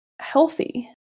Healthy